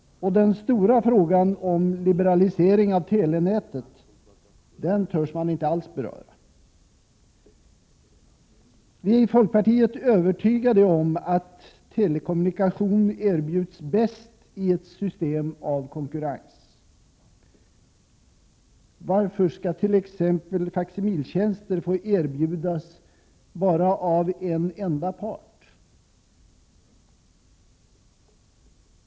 Och den stora frågan om liberalisering av telenätet, den törs man inte alls beröra. Vi är i folkpartiet övertygade om att telekommunikation erbjuds bäst i ett system av konkurrens. Varför skall t.ex. faksimiltjänster få erbjudas bara av en enda part?